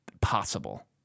possible